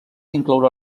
incloure